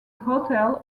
hotel